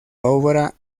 obra